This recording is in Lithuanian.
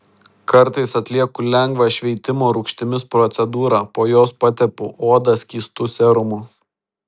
kartais atlieku lengvą šveitimo rūgštimis procedūrą po jos patepu odą skystu serumu